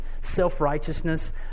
Self-righteousness